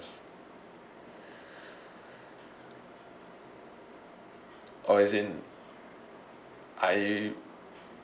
or is in I